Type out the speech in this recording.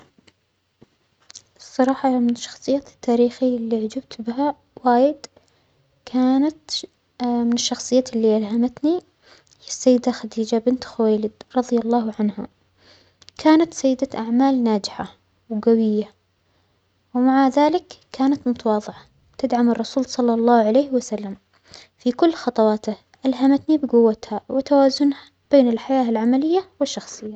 الصراحة من الشخصيات التاريخية اللى أعجبت بها وايد كانت ش من الشخصيات اللى ألهمتنى هى السيدة خديجة بنت خويلد رضي الله عنها، كانت سيدة أعمال ناجحة وجوية ومع ذلك كانت متواظعة تدعم الرسول صلى الله عليه وسلم في كل خطواته، ألهمتنى بجوتها وتوازنها بين الحياة العملية والشخصية.